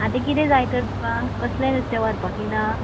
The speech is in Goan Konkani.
आतां कितें जाय तर तुका कसले नुस्तें व्हरपाक येला